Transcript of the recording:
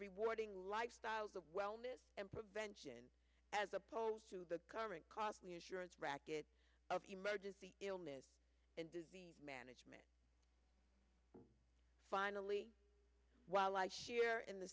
rewarding lifestyles of wellness and prevention as opposed to the current cost bracket of emerges the illness and disease management finally while i share in the